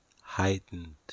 heightened